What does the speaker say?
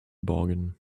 bargain